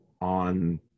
on